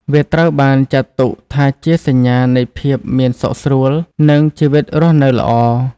វាត្រូវបានចាត់ទុកថាជាសញ្ញានៃភាពមានសុខស្រួល និងជីវិតរស់នៅល្អ។